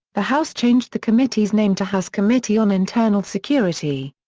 the house changed the committee's name to house committee on internal security.